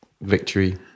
victory